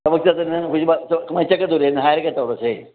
ꯊꯕꯛ ꯆꯠꯇꯅ ꯍꯧꯖꯤꯛꯐꯥꯎ ꯀꯃꯥꯏ ꯆꯠꯀꯗꯧꯔꯤꯅ ꯍꯥꯏꯔꯒ ꯇꯧꯔꯁꯦ